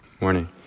Morning